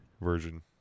version